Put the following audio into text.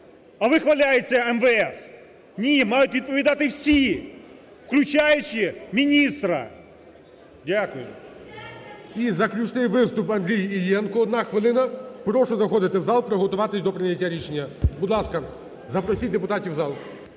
а вихваляється МВС? Ні, мають відповідати всі, включаючи міністра. Дякую. ГОЛОВУЮЧИЙ. І заключний виступ – Андрій Іллєнко, одна хвилина. Прошу заходити в зал, приготуватися до прийняття рішення. Будь ласка, запросіть депутатів в зал.